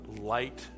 light